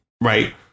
right